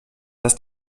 dass